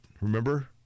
Remember